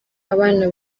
abana